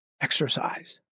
exercise